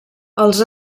els